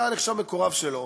אתה נחשב מקורב שלו,